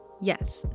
Yes